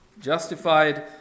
Justified